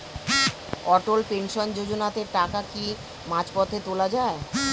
অটল pension যোজনাতে টাকা কি মাঝপথে তোলা যায়?